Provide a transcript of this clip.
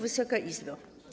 Wysoka Izbo!